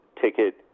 ticket